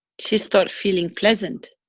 she start feeling pleasant.